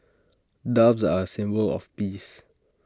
doves are A symbol of peace